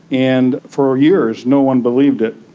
and for years no one believed it.